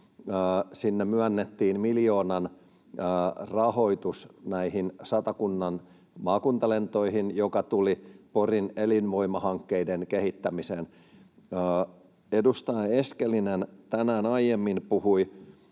myönnettiin miljoonan rahoitus, joka tuli Porin elinvoimahankkeiden kehittämiseen. Edustaja Eskelinen tänään aiemmin esitti